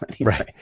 right